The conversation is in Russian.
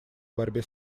борьбе